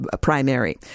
primary